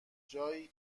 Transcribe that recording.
جایی